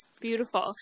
Beautiful